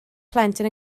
plentyn